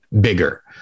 bigger